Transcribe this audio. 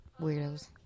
weirdos